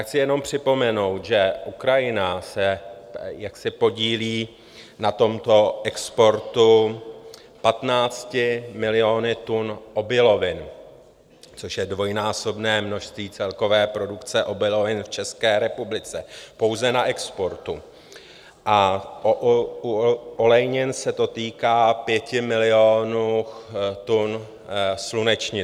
Chci jenom připomenout, že Ukrajina se podílí na tomto exportu 15 miliony tun obilovin, což je dvojnásobné množství celkové produkce obilovin v České republice pouze na exportu, a u olejnin se to týká 5 milionů tun slunečnice.